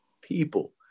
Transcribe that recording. people